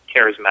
charismatic